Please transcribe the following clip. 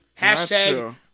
Hashtag